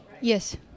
Yes